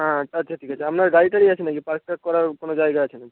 হ্যাঁ আচ্ছা ঠিক আছে আপনার গাড়ি টাড়ি আছে নাকি পার্ক টার্ক করার কোনো জায়গা আছে নাকি